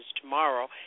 tomorrow